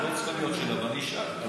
לא צריכה להיות שאלה, אבל אני אשאל.